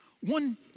One